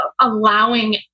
allowing